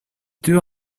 deux